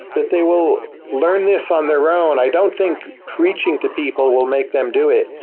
that they will learn this on their own. i don't think preaching to people will make them do it.